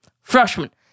freshman